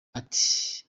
ati